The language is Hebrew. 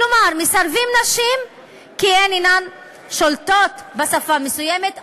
כלומר מסרבים לנשים כי הן אינן שולטות בשפה מסוימת,